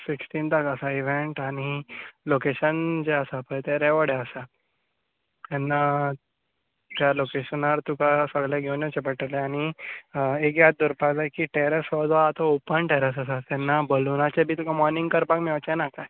सिक्स्टिंताक आसा इवँट आनी लोकेशन जें आसा पळय तें रेवाड्या आसा तेन्ना त्या लोकेशनार तुका सगलें घेवन येवचें पडटलें आनी एक याद दवरपाक जाय की टॅरस हो जो आसा तो ओपन टॅरस आसा तेन्ना बलुनाचें बी तुका मॉनींग करपाक मेळचें ना कांय